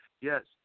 yes